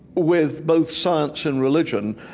with both science and religion,